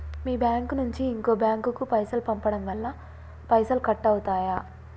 మీ bank నుంచి ఇంకో bank కు పైసలు పంపడం వల్ల పైసలు కట్ అవుతయా?